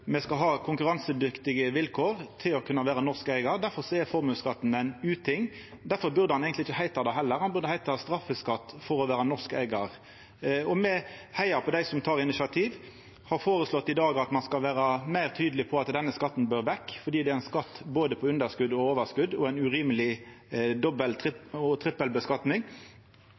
me skal ha konkurransedyktige vilkår for norske eigarar. Difor er formuesskatten ein uting. Difor burde han heller ikkje heita det; han burde ha heitt straffeskatt for å vera norsk eigar. Me heiar på dei som tek initiativ, og har i dag føreslått at ein skal vera meir tydeleg på at denne skatten bør vekk fordi det er ein skatt på både underskot og overskot og ei urimeleg dobbel- og